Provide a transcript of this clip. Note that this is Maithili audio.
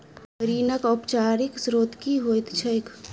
ऋणक औपचारिक स्त्रोत की होइत छैक?